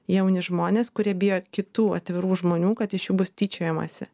jauni žmonės kurie bijo kitų atvirų žmonių kad iš jų bus tyčiojamasi